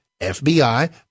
FBI